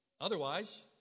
Otherwise